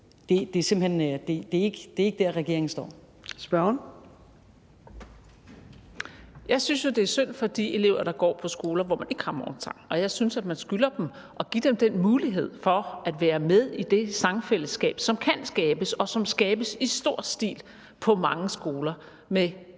Marie Krarup (DF): Jeg synes jo, det er synd på for de elever, der går på skoler, hvor man ikke har morgensang, og jeg synes, at man skylder dem at give dem den mulighed for at være med i det sangfællesskab, som kan skabes, og som skabes i stor stil på mange skoler med succes.